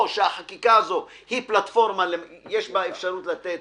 או שהחקיקה הזאת יש בה אפשרות לתת